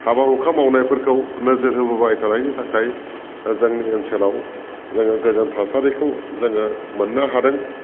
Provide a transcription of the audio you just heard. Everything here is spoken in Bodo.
हाबा हुखा मावनायफोरखौ नोजोर होबोबाय थानायनि थाखाय जोंनि ओनसोलाव जोङो गोजोन थासारिखौ जोङो मोननो हादों